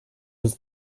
was